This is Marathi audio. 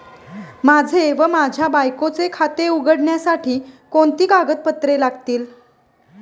माझे व माझ्या बायकोचे खाते उघडण्यासाठी कोणती कागदपत्रे लागतील?